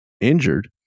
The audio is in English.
injured